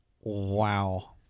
Wow